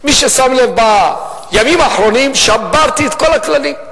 מי ששם לב בימים האחרונים, שברתי את כל הכללים.